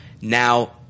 now